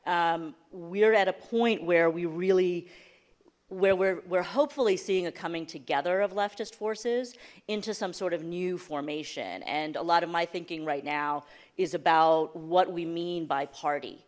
we're at a point where we really where we're hopefully seeing a coming together of leftist forces into some sort of new formation and a lot of my thinking right now is about what we mean by party